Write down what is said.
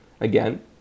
again